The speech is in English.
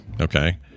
Okay